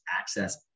access